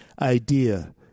idea